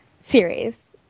series